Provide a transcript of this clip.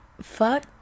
fuck